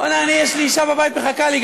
בוא הנה, אני יש לי אישה בבית, מחכה לי.